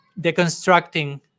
deconstructing